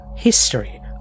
history